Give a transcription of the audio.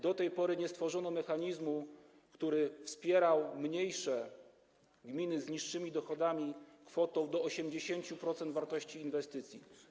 Do tej pory nie stworzono mechanizmu, który wspierał mniejsze gminy z niższymi dochodami kwotą do 80% wartości inwestycji.